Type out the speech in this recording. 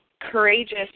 courageous